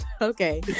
Okay